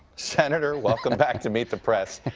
senator, welcome back to meet the press.